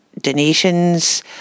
donations